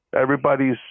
Everybody's